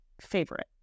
favorite